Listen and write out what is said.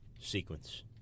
sequence